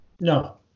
no